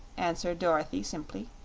answered dorothy simply.